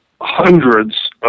hundreds